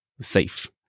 safe